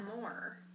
more